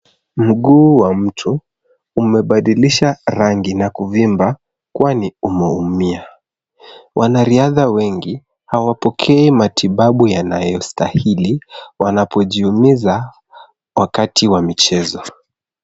Mguu wa mtu umebadilisha rangi na kuvimba kwani umeumia. Wanariadha wengi hawapokei matibabu yanayostahili wanapojiumiza wakati wa michezo.